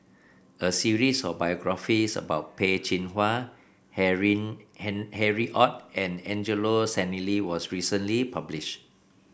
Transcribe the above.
a series of biographies about Peh Chin Hua Harry Han Harry Ord and Angelo Sanelli was recently published